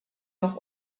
noch